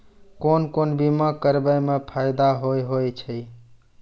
कोन कोन बीमा कराबै मे फायदा होय होय छै?